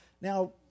Now